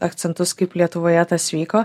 akcentus kaip lietuvoje tas vyko